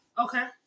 Okay